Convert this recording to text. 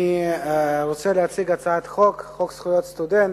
אני רוצה להציג הצעת חוק, חוק זכויות הסטודנט,